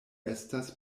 estas